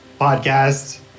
podcast